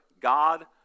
God